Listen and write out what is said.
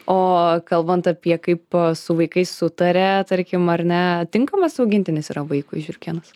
o kalbant apie kaip su vaikais sutaria tarkim ar ne tinkamas augintinis yra vaikui žiurkėnas